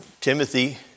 Timothy